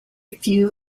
few